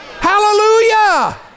Hallelujah